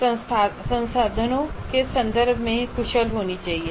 संसाधनों के संदर्भ में कुशल होनी चाहिए